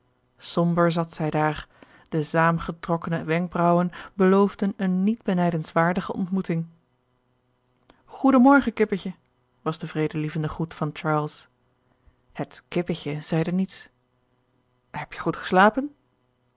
somber zat zij daar de zaâmgetrokkene wenkbraauwen beloofden eene niet benijdenswaardige ontmoeting goeden morgen kippetje was de vredelievende groet van charles het kippetje zeide niets heb je goed geslapen